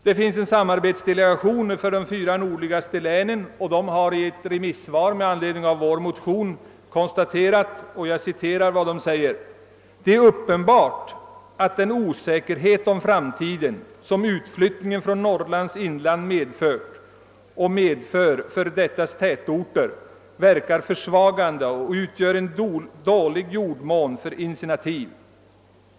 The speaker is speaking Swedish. Det finns en samarbetsdelegation för de fyra nordligaste länen som i ett remissvar med anledning av vår motion konstaterat bland annat följande: »Det är uppenbart, att den osäkerhet om framtiden, som utflyttningen från Norrlands inland medfört och medför för dettas tätorter, verkar försvagande och utgör en dålig jordmån för initiativ.